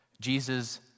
Jesus